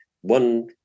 one